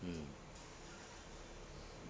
mm